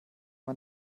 man